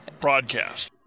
broadcast